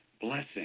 blessing